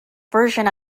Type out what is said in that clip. version